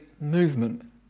movement